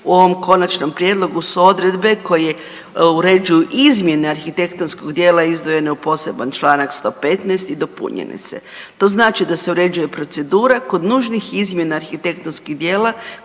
u ovom Konačnom prijedlogu su odredbe koje uređuju izmjene arhitektonskog dijela izdvojene u poseban članak 115 i dopunjene se. To znači da se uređuje procedura kod nužnih izmjena arhitektonskih djela